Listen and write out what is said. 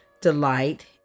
delight